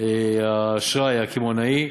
האשראי הקמעונאי,